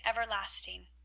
everlasting